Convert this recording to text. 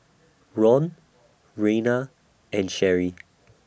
Ron Reina and Sherrie